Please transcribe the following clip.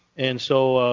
and so,